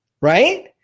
right